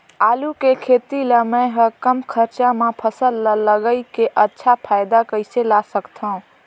आलू के खेती ला मै ह कम खरचा मा फसल ला लगई के अच्छा फायदा कइसे ला सकथव?